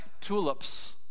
tulips